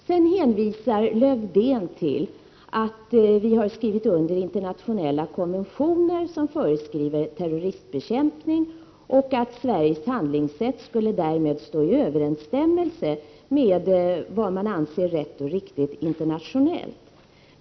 Sedan hänvisar Lövdén till att vi har skrivit under internationella konventioner som föreskriver terroristbekämpning och att Sveriges handlingssätt därmed skulle stå i överensstämmelse med vad man internationellt anser rätt och riktigt.